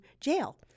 jail